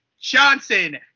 Johnson